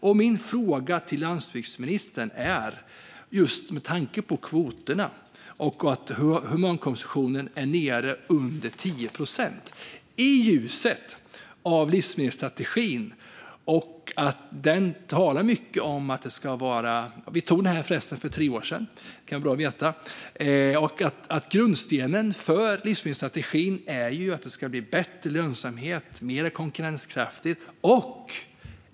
Kvoterna för humankonsumtionen är nu nere under 10 procent, vilket kan ses i ljuset av livsmedelsstrategin, som vi förresten beslutade om för tre år sedan vilket kan vara bra att veta. Grundstenen för livsmedelsstrategin är ju att det ska bli bättre lönsamhet och mer konkurrenskraftigt.